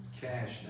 cash